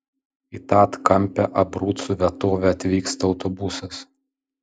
į tą atkampią abrucų vietovę atvyksta autobusas